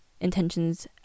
intentions